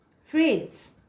Friends